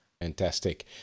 Fantastic